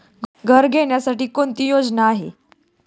घर घेण्यासाठी कोणती योजना आहे?